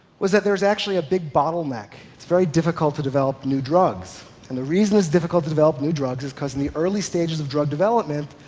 was that there's actually a big bottleneck. it's very difficult to develop new drugs, and the reason it's difficult to develop new drugs is because in the early stages of drug development,